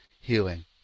healing